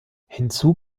hinzu